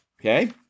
Okay